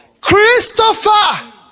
Christopher